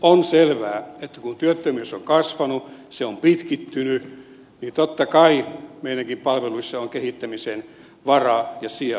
on selvää että kun työttömyys on kasvanut se on pitkittynyt niin totta kai meidänkin palveluissamme on kehittämisen varaa ja sijaa